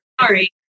Sorry